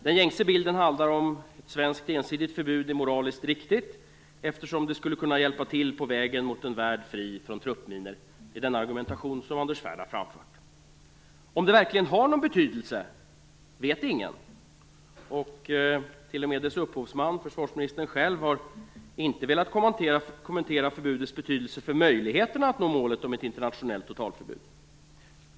Den gängse frågan handlar om ifall svenskt ensidigt förbud är moraliskt riktigt, eftersom det skulle kunna hjälpa till på vägen mot en värld fri från truppminor. Det är denna argumentation som Anders Svärd har framfört. Om det verkligen har någon betydelse vet ingen. Inte ens dess upphovsman, försvarsministern själv, har velat kommentera förbudets betydelse för möjligheterna att nå målet, ett internationellt totalförbud.